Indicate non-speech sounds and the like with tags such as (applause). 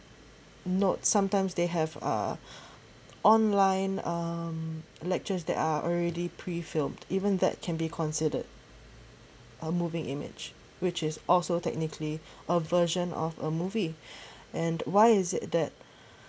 note sometimes they have uh online um lectures that are already pre filmed even that can be considered a moving image which is also technically a version of a movie (breath) and why is it that